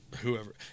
whoever